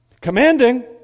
commanding